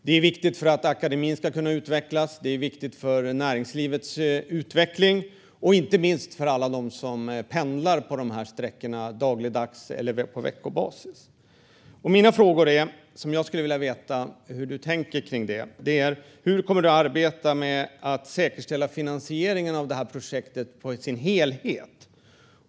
Det är viktigt för att akademin och näringslivet ska kunna utvecklas och inte minst för alla dem som pendlar på de här sträckorna dagligdags eller på veckobasis. Jag skulle vilja veta hur du tänker kring och kommer att arbeta med att säkerställa finansieringen av det här projektet i dess helhet.